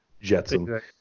Jetson